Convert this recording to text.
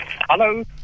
Hello